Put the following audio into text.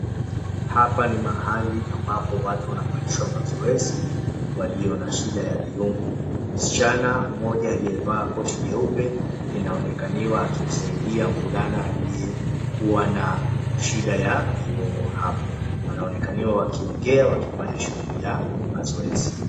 Hapa ni mahali ambapo watu wanafanyishwa mazoezi walio na shida ya viungo. Msichana mmoja aliyevaa koti jeupe inaonekaniwa akimsaidia mvulana aliyekuwa na shida ya viungo hapo. Wanaonekaniwa wakiongea wakifanya shughuli ya mazoezi.